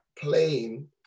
playing